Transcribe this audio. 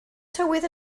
tywydd